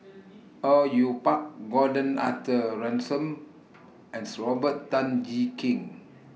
Au Yue Pak Gordon Arthur Ransome and Robert Tan Jee Keng